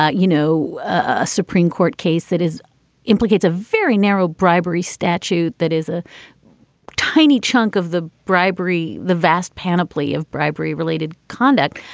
ah you know, a supreme court case that is implicates a very narrow bribery statute. that is a tiny chunk of the bribery. the vast panoply of bribery related conduct.